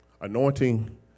Anointing